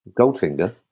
Goldfinger